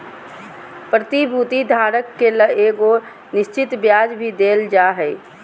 प्रतिभूति धारक के एगो निश्चित ब्याज भी देल जा हइ